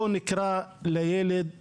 בוא נקרא לילד בשמו.